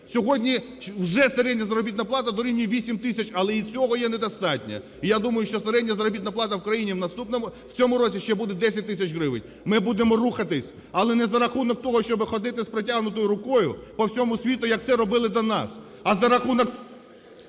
Сьогодні вже середня заробітна плата дорівнює 8 тисяч, але і цього є недостатньо. Я думаю, що середня заробітна плата в країні в цьому році ще буде 10 тисяч гривень. Ми будемо рухатись, але не за рахунок того, щоб ходити з протягнутою рукою по всьому світу, як це робили до нас, а за рахунок…